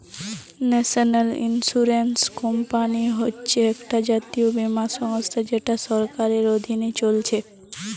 national insurance company হচ্ছে একটা জাতীয় বীমা সংস্থা যেটা সরকারের অধীনে চলছে